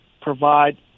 provide